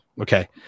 Okay